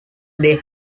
they